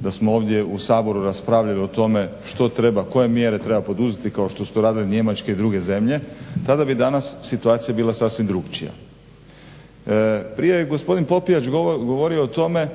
da smo ovdje u Saboru raspravljali o tome što treba, koje mjere treba poduzeti kao što su to radili Njemačke i druge zemlje, tada bi danas situacija bila sasvim drukčija. Prije je gospodin Popijač govorio o tome